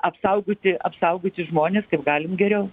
apsaugoti apsaugoti žmonės kaip galim geriau